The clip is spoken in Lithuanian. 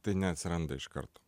tai neatsiranda iš karto